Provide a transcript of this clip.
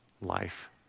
Life